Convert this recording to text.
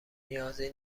نیازی